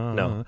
no